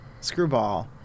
Screwball